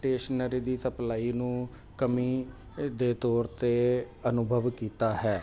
stationery ਦੀ supply ਨੂੰ ਕਮੀ ਦੇ ਤੌਰ 'ਤੇ ਅਨੁਭਵ ਕੀਤਾ ਹੈ